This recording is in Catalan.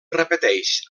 repeteix